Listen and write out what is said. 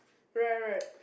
right right